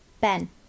Ben